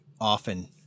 often